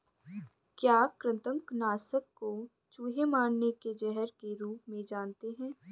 क्या कृतंक नाशक को चूहे मारने के जहर के रूप में जानते हैं?